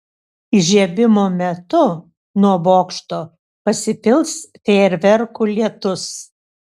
įžiebimo metu nuo bokšto pasipils fejerverkų lietus